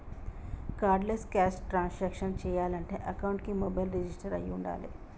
cardless cash transactions చెయ్యాలంటే అకౌంట్కి mobile register అయ్యి వుండాలే